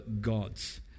gods